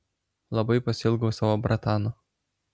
labai pasiilgau savo bratano